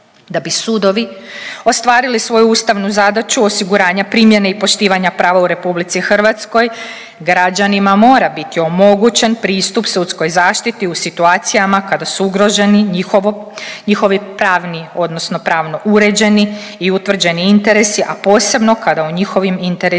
Da bi sudovi ostvarili svoju ustavnu zadaću osiguranja primjene i poštivanja prava u Republici Hrvatskoj građanima mora biti omogućen pristup sudskoj zaštiti u situacijama kada su ugroženi njihovi pravni, odnosno pravno uređeni i utvrđeni interesi, a posebno kada o njihovim interesima